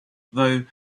though